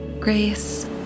grace